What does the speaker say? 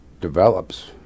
develops